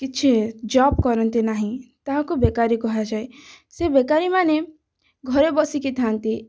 କିଛି ଜବ୍ କରନ୍ତି ନାହିଁ ତାହାକୁ ବେକାରୀ କୁହାଯାଏ ସେ ବେକାରୀମାନେ ଘରେ ବସିକି ଥାଆନ୍ତି